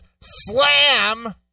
slam